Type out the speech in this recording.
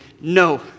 no